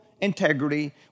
integrity